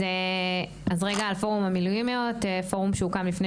אז רגע על פורום המילואימיות: זהו פורום שהוקם לפני